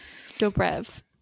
dobrev